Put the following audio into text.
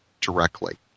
directly